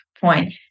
point